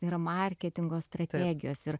yra marketingo strategijos ir